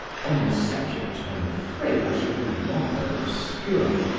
on this subject i am afraid i shall be rather obscure,